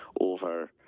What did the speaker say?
over